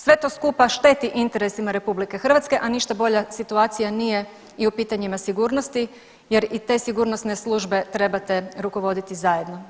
Sve to skupa šteti interesima RH, a ništa bolja situacija nije i u pitanjima sigurnosti jer i te sigurnosne službe trebate rukovoditi zajedno.